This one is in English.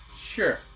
Sure